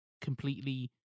completely